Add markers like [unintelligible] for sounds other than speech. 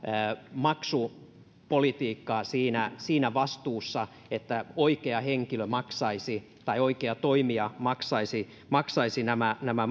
maksupolitiikkaa siinä siinä vastuussa että oikea henkilö tai oikea toimija maksaisi maksaisi nämä nämä [unintelligible]